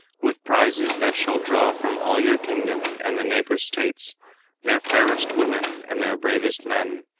with prizes that shall draw from all your kingdom and the neighbor states their fairest women and their bravest men.